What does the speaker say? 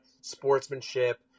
Sportsmanship